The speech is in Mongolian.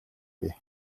бий